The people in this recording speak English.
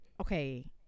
okay